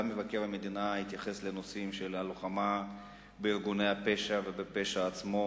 גם מבקר המדינה התייחס לנושאים של הלוחמה בארגוני הפשע ובפשע עצמו.